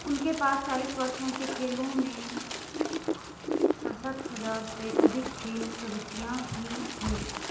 उनके पास चालीस वर्षों के खेलों में सड़सठ हज़ार से अधिक खेल प्रविष्टियाँ भी हैं